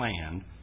land